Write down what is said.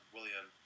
William